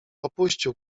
opuścił